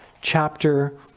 chapter